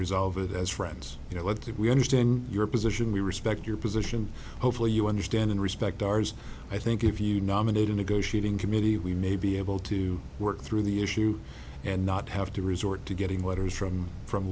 resolve it as friends you know what that we understand your position we respect your position hopefully you understand and respect ours i think if you nominate a negotiating committee we may be able to work through the issue and not have to resort to getting waters from from